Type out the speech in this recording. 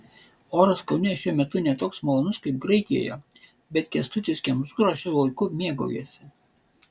oras kaune šiuo metu ne toks malonus kaip graikijoje bet kęstutis kemzūra šiuo laiku mėgaujasi